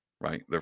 Right